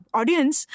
audience